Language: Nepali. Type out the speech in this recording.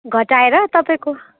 घटाएर तपाईँको